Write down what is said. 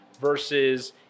versus